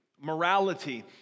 Morality